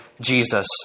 Jesus